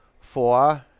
four